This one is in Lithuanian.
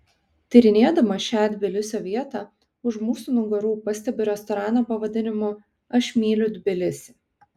tyrinėdama šią tbilisio vietą už mūsų nugarų pastebiu restoraną pavadinimu aš myliu tbilisį